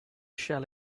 shell